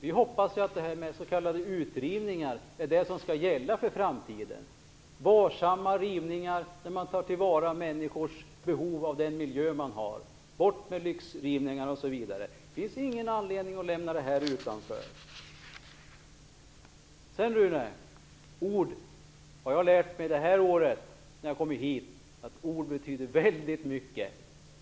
Vi hoppas att detta med s.k. utrivningar är det som skall gälla för framtiden - varsamma rivningar där man tar till vara människors behov av den miljö de har. Man skall inte göra några lyxrivningar osv. Det finns ingen anledning att lämna det här utanför. Sedan har jag under det här året lärt mig att ord betyder väldigt mycket.